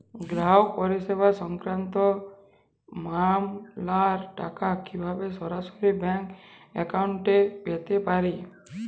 গ্রাহক পরিষেবা সংক্রান্ত মামলার টাকা কীভাবে সরাসরি ব্যাংক অ্যাকাউন্টে পেতে পারি?